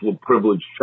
privileged